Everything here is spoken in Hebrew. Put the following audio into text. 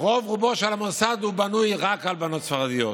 שרוב-רובו של המוסד בנוי רק על בנות ספרדיות.